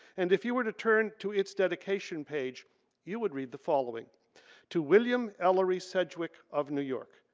and if you were to turn to its dedication page you would read the following to william ellery sedgwick of new york,